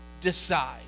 decide